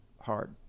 hard